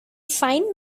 fine